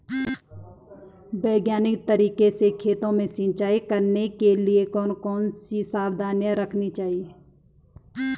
वैज्ञानिक तरीके से खेतों में सिंचाई करने के लिए कौन कौन सी सावधानी रखनी चाहिए?